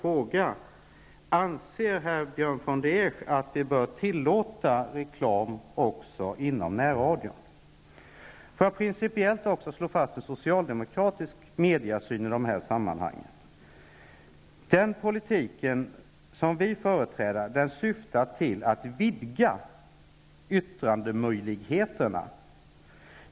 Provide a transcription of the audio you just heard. Anser Björn von der Esch att vi bör tillåta reklam också inom närradion? Får jag principiellt också slå fast en socialdemokratisk mediesyn i detta sammanhang. Den politik vi företräder syftar till att vidga yttrandemöjligheterna.